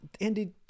Andy